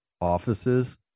offices